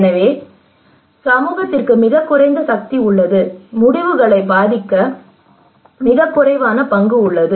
எனவே சமூகத்திற்கு மிகக் குறைந்த சக்தி உள்ளது முடிவுகளை பாதிக்க மிகக் குறைவான பங்கு உள்ளது